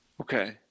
Okay